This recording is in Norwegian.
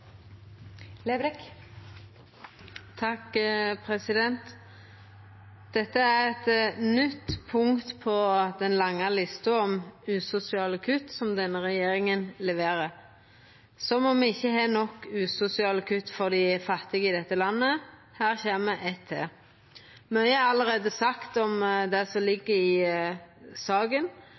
eit nytt punkt på den lange lista over usosiale kutt som denne regjeringa leverer. Som om me ikkje har nok usosiale kutt for dei fattige i dette landet – her kjem eitt til. Mykje er allereie sagt om det som ligg i saka.